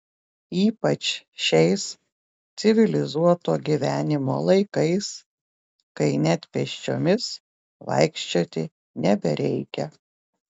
ypač šiais civilizuoto gyvenimo laikais kai net pėsčiomis vaikščioti nebereikia